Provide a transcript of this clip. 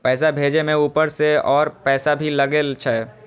पैसा भेजे में ऊपर से और पैसा भी लगे छै?